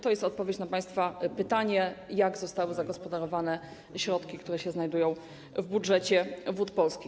To jest odpowiedź na państwa pytanie, jak zostały zagospodarowane środki, które znajdują się w budżecie Wód Polskich.